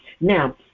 Now